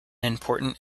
important